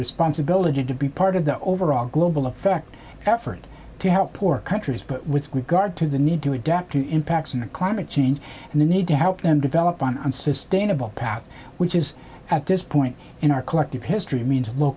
responsibility to be part of the overall global effect effort to help poor countries with regard to the need to adapt to the impacts and the climate change and the need to help them develop on sustainable path which is at this point in our collective history means